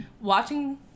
Watching